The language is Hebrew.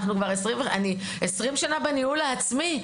אני 20 שנה בניהול עצמי,